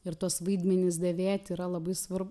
ir tuos vaidmenis dėvėti yra labai svar